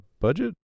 budget